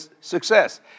success